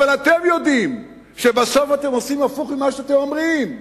אבל אתם יודעים שבסוף אתם עושים הפוך ממה שאתם אומרים.